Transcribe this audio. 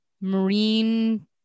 marine